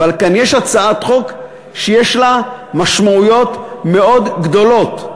אבל כאן יש הצעת חוק שיש לה משמעויות מאוד גדולות.